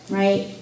right